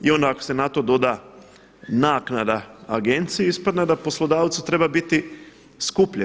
I onda ako se na to doda naknada agenciji ispada da poslodavcu treba biti skuplje.